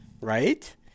right